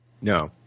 No